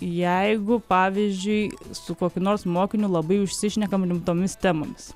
jeigu pavyzdžiui su kokiu nors mokiniu labai užsišnekam rimtomis temomis